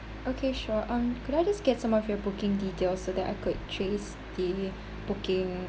okay sure um could I just get some of your booking details so that I could trace the booking